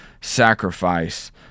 sacrifice